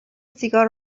سیگار